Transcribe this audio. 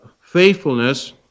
faithfulness